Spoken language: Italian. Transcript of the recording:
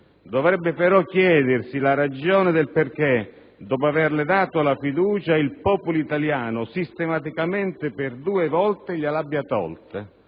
dovrebbe però chiedersi perché, dopo averle dato la fiducia, il popolo italiano sistematicamente, per due volte gliel'abbia tolta